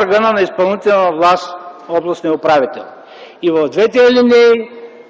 органа на изпълнителната власт – областният управител. И в двете алинеи